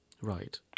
Right